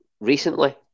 recently